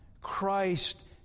Christ